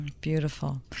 Beautiful